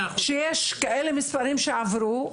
ואני גם מסתכלת על מדינות שיש להם רק אחד או עשר,